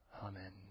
amen